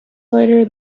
later